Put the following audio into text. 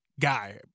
guy